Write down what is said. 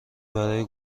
برای